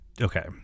okay